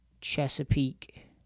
Chesapeake